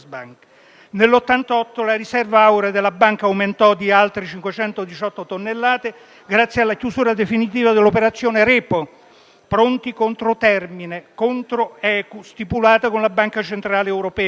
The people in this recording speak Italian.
Nel 1998 la riserva aurea della Banca aumentò di ulteriori 518 tonnellate grazie alla chiusura definitiva dell'operazione REPO (pronti contro termine) contro ECU stipulata con la BCE. Le ultime